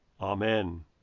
Amen